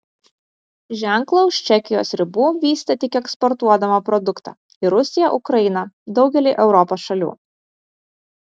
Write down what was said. ženklą už čekijos ribų vystė tik eksportuodama produktą į rusiją ukrainą daugelį europos šalių